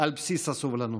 על בסיס הסובלנות.